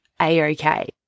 a-okay